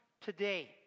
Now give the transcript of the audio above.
today